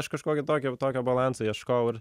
aš kažkokio tokio tokio balanso ieškojau ir